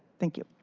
thank you.